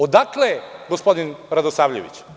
Odakle je gospodin Radosavljević?